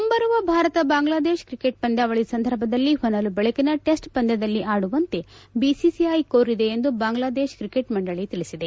ಮುಂಬರುವ ಭಾರತ ಬಾಂಗ್ಲಾದೇಶ ಕ್ರಿಕೆಟ್ ಪಂದ್ಯಾವಳಿ ಸಂದರ್ಭದಲ್ಲಿ ಹೊನಲು ಬೆಳಕಿನ ಟೆಸ್ಟ್ ಪಂದ್ಯದಲ್ಲಿ ಆಡುವಂತೆ ಬಿಸಿಸಿಐ ಕೋರಿದೆ ಎಂದು ಬಾಂಗ್ಲಾ ದೇಶ ಕ್ರಿಕೆಟ್ ಮಂಡಳಿ ತಿಳಿಸಿದೆ